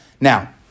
Now